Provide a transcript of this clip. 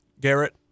Garrett